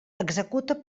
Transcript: executa